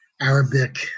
Arabic